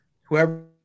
whoever –